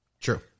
True